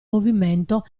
movimento